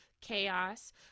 chaos